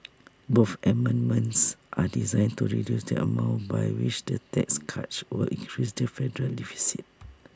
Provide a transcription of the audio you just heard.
both amendments are designed to reduce the amount by which the tax cuts would increase the different federal deficit